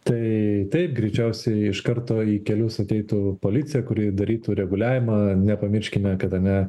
tai taip greičiausiai iš karto į kelius ateitų policija kuri darytų reguliavimą nepamirškime kad tame